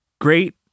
great